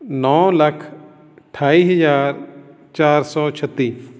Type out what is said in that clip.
ਨੌਂ ਲੱਖ ਅਠਾਈ ਹਜ਼ਾਰ ਚਾਰ ਸੌ ਛੱਤੀ